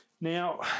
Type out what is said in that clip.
Now